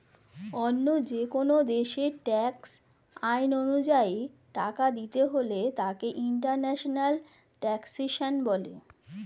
অন্য যেকোন দেশের ট্যাক্স আইন অনুযায়ী টাকা দিতে হলে তাকে ইন্টারন্যাশনাল ট্যাক্সেশন বলে